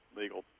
legal